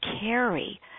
carry